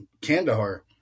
Kandahar